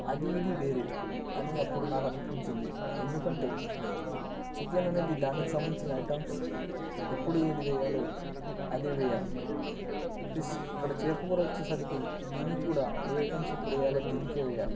అది ఇది వేరు అని అప్పుడు నాకు అనిపించింది ఎందుకంటే చికెన్ అనేది దానికి సంబంధించిన ఐటమ్స్ ఎప్పుడు ఏది వేయాలో అదే వేయాలి ఫిష్ ఇక్కడ చేప కూర వచ్చేసరికి దీనికి కూడా ఏ ఐటమ్స్ ఎప్పుడు వేయాలో దీనికే వేయాలి